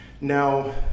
Now